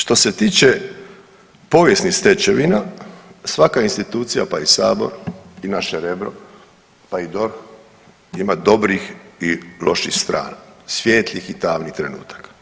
Što se tiče povijesnih stečevina, svaka institucija pa i Sabor i naše Rebro pa i DORH ima dobrih i loših stranih, svijetlih i tamnih trenutaka.